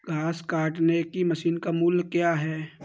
घास काटने की मशीन का मूल्य क्या है?